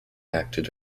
acted